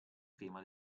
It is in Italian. tema